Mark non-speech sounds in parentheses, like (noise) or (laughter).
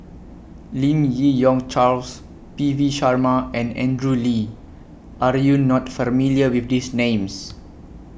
(noise) Lim Yi Yong Charles P V Sharma and Andrew Lee Are YOU not familiar with These Names